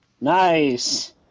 Nice